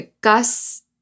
Gus